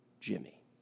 Jimmy